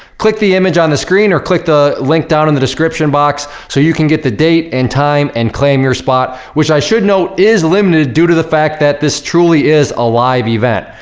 click the image on the screen or click the link down in the description box so you can get the date and time and claim your spot, which i should note is limited due to the fact that this truly is a live event.